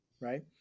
right